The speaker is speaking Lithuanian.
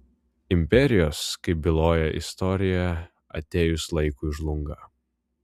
imperijos kaip byloja istorija atėjus laikui žlunga